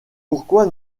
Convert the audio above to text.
pourquoi